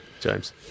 James